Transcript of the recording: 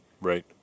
Right